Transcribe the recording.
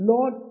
Lord